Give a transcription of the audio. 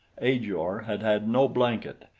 ajor had had no blanket,